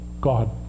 God